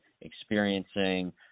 experiencing